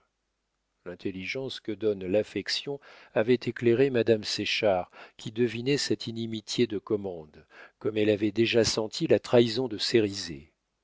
que donne l'affection avait éclairé madame séchard qui devinait cette inimitié de commande comme elle avait déjà senti la trahison de